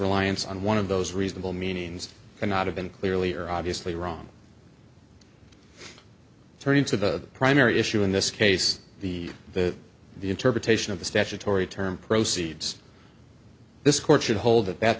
reliance on one of those reasonable means to not have been clearly or obviously wrong turning to the primary issue in this case the that the interpretation of the statutory term proceeds this court should hold that that